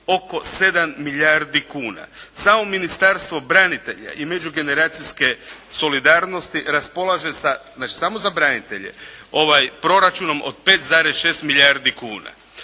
oko 7 milijardi kuna. Samo Ministarstvo branitelja i međugeneracijske solidarnosti raspolaže sa, znači samo za branitelje, proračunom od 5,6 milijardi kuna.